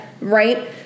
right